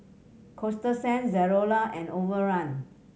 Coasta Sand Zalora and Overrun